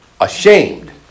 ashamed